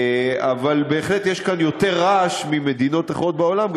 אבל בהחלט יש כאן יותר רעש מאשר במדינות אחרות בעולם,